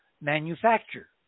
manufacture